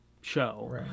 show